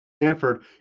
Stanford